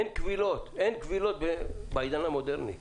אין כבילות בעידן המודרני,